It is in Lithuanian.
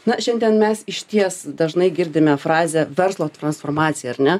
na šiandien mes išties dažnai girdime frazę verslo transformacija ar ne